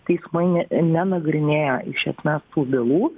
teismai nenagrinėjo iš esmės tų bylų